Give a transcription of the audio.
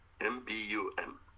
m-b-u-m